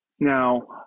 Now